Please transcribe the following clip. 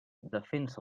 defensa